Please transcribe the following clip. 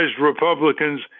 Republicans